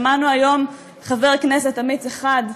שמענו היום חבר כנסת אמיץ אחד,